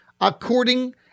according